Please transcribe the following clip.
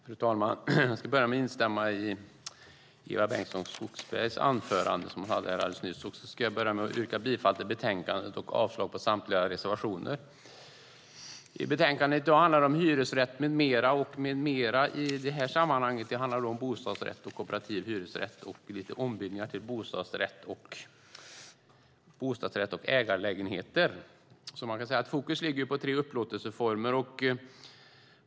Fru talman! Jag ska börja med att instämma i Eva Bengtson Skogsbergs anförande nyss och yrka bifall till förslaget i betänkandet och avslag på samtliga reservationer. Betänkandet i dag har rubriken Hyresrätt m.m. Med "m.m." avses i det här sammanhanget bostadsrätt, kooperativ hyresrätt och ombildningar till bostadsrätt och ägarlägenheter. Man kan säga att fokus ligger på tre upplåtelseformer.